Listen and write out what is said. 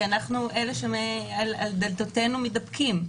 כי על דלתותינו מתדפקים.